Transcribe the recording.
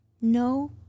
No